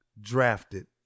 drafted